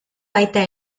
baita